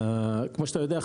כמו שאתה יודע,